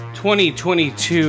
2022